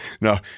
No